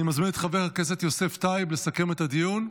אני מזמין את חבר הכנסת יוסף טייב לסכם את הדיון.